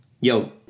Yo